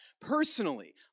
personally